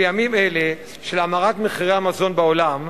בימים אלה של האמרת מחירי המזון בעולם,